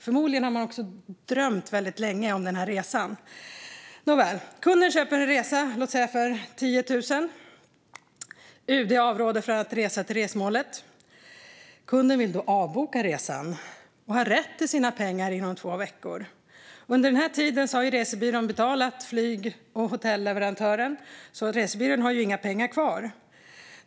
Förmodligen har man drömt länge om den resan. UD avråder sedan från att resa till resmålet. Kunden vill då avboka resan och har rätt att få tillbaka sina pengar inom två veckor. Under tiden har resebyrån betalat flyg och hotelleverantörerna och har därför inga pengar kvar.